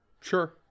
Sure